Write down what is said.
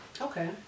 Okay